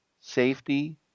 safety